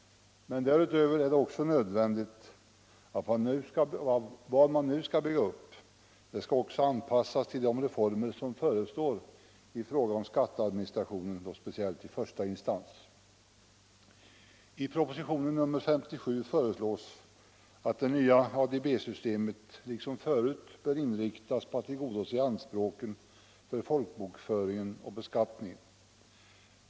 Men därutöver är det också nödvändigt att vad man nu skall bygga upp också skall kunna anpassas till de reformer som förestår i fråga om skatteadministrationen och då speciellt i dess första instans. I propositionen 1975:57 föreslås att det nya ADB-systemet liksom förut bör inriktas på att tillgodose anspråken för folkbokföringen och beskattningen.